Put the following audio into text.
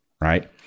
Right